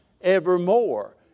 evermore